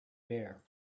bear